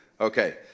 Okay